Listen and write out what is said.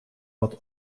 wat